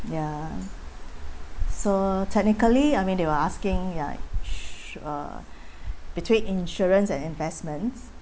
ya so technically I mean they were asking like sh~ uh between insurance and investments